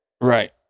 Right